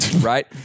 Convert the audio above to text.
right